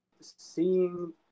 seeing